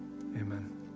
amen